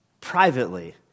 privately